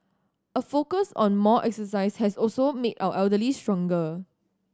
a focus on more exercise has also made our elderly stronger